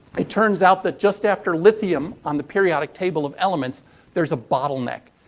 it turns out that just after lithium on the periodic table of elements there's a bottleneck.